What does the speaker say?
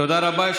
תודה רבה.